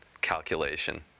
calculation